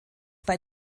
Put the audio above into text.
bei